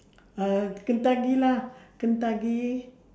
uh kentucky lah kentucky